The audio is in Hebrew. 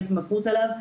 על ההתמכרות אליו.